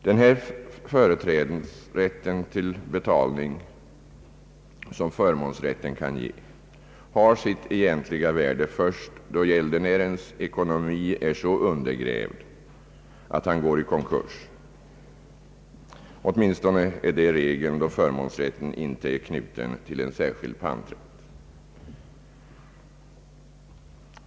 Den företrädesrätt till betalning som förmånsrätt kan ge har sitt egentliga värde först då gäldenärens ekonomi är så undergrävd att han går i konkurs. Åtminstone är det regeln då förmånsrätten inte är knuten till en särskild panträtt.